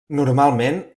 normalment